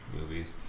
movies